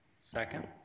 Second